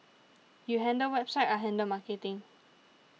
you handle website I handle marketing